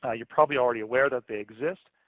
ah you're probably already aware that they exist.